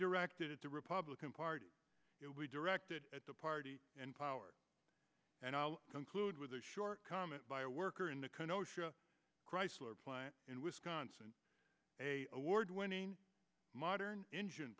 directed at the republican party will be directed at the party in power and i'll conclude with a short comment by a worker in the car nowshera chrysler plant in wisconsin a award winning modern engine